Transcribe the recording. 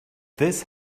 this